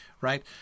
right